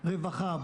רווחה,